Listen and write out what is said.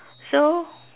so